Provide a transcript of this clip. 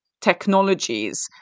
technologies